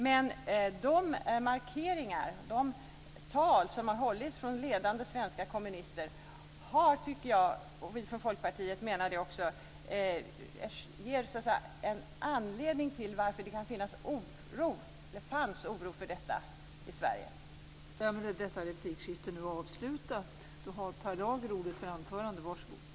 Men de markeringar som har gjorts och de tal som har hållits av ledande svenska kommunister ger, tycker vi i Folkpartiet, en förklaring till att det fanns oro för detta i Sverige.